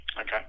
Okay